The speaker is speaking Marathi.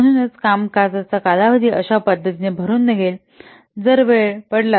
म्हणूनच कामकाजाचा कालावधी अशा पद्धतीने भरून निघेल जर वेळ पकडला